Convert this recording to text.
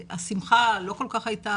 השמחה לא כל כך הייתה,